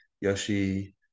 Yoshi